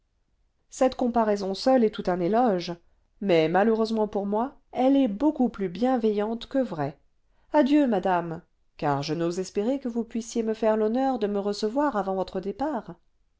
cette comparaison seule est tout un éloge mais malheureusement pour moi elle est beaucoup plus bienveillante que vraie adieu madame car je n'ose espérer que vous puissiez me faire l'honneur de me recevoir avant votre départ